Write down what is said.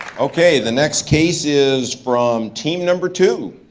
okay, the next case is from team number two.